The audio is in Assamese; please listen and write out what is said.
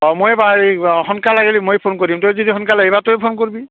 অঁ মই পাহেৰি বা সোনকালে আহিলে মই ফোন কৰিম তই যদি সোনকালে আহিবা তই ফোন কৰিবি